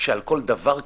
שעל כל דבר כזה,